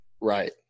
Right